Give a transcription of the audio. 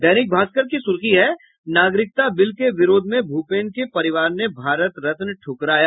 दैनिक भास्कर की सुर्खी है नागरिकता बिल के विरोध में भूपेन के परिवार ने भारत रत्न ठुकराया